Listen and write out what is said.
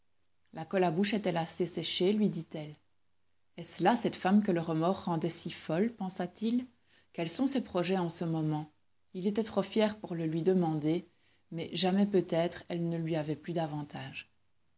à bouche est-elle assez séchée lui dit-elle est-ce là cette femme que le remords rendait si folle pensa-t-il quels sont ses projets en ce moment il était trop fier pour le lui demander mais jamais peut-être elle ne lui avait plu davantage